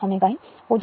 1 Ω ഉം